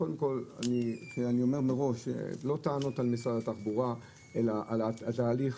ואני אומר מראש שאלה לא טענות למשרד התחבורה אלא על התהליך.